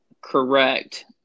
correct